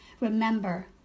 Remember